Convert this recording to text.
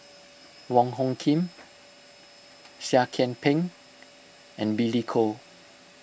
Wong Hung Khim Seah Kian Peng and Billy Koh